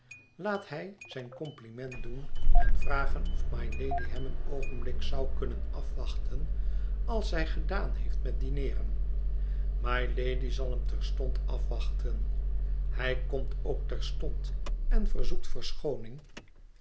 laat hij zijn compliment doen en vragen of mylady hem een oogenblik zou kunnen afwachten als zij gedaan heeft met dineeren mylady zal hem terstond afwachten hij komt ook terstond en verzoekt verschooning